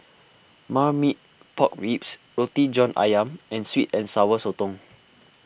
Marmite Pork Ribs Roti John Ayam and Sweet and Sour Sotong